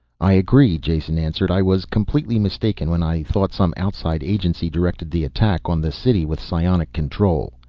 i agree, jason answered. i was completely mistaken when i thought some outside agency directed the attack on the city with psionic control.